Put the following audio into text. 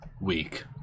week